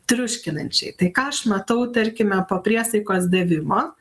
triuškinančiai tai ką aš matau tarkime po priesaikos davimo